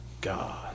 God